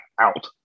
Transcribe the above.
Out